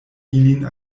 ilin